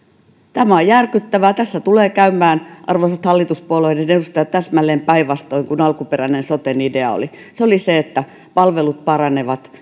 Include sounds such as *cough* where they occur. tämä on järkyttävää tässä tulee käymään arvoisat hallituspuolueiden edustajat täsmälleen päinvastoin kuin alkuperäinen soten idea oli se oli se että palvelut paranevat *unintelligible*